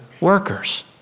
workers